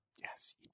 Yes